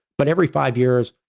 but every five years,